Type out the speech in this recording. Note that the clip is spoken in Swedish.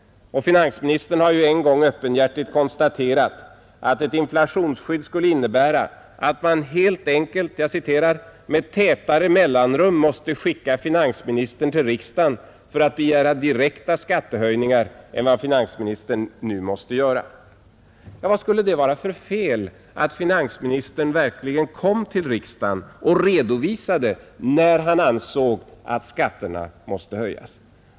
Finansministern har ju vid ett tillfälle öppenhjärtigt konstaterat att ett inflationsskydd skulle innebära att man helt enkelt ”med tätare mellanrum måste skicka finansministern till riksdagen för att begära direkta skattehöjningar än vad finansministern nu måste göra”. Ja, vad det skulle vara för fel att finansministern verkligen kom till riksdagen och redovisade när han ansåg att skatterna måste höjas?